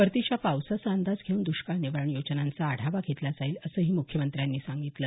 परतीच्या पावसाचा अंदाज घेऊन दुष्काळ निवारण योजनांचा आढावा घेतला जाईल असंही मुख्यमंत्र्यांनी सांगितलं